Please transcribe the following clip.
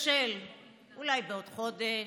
תיכשל אולי בעוד חודש,